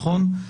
נכון?